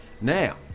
Now